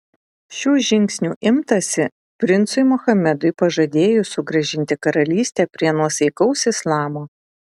šių žingsnių imtasi princui mohamedui pažadėjus sugrąžinti karalystę prie nuosaikaus islamo